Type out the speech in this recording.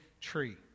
tree